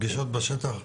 פגישות בשטח,